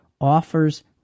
offers